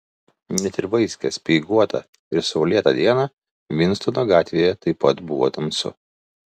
net ir vaiskią speiguotą ir saulėtą dieną vinstono gatvėje taip pat buvo tamsu